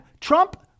Trump